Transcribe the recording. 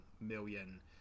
million